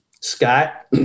scott